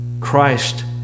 Christ